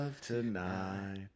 tonight